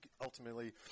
ultimately